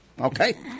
Okay